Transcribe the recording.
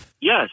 Yes